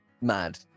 mad